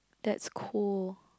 that's cool